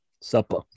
Supper